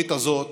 הברית הזאת